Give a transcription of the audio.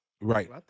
Right